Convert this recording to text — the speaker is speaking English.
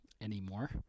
anymore